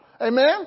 Amen